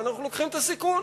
ואנחנו לוקחים את הסיכון